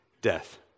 death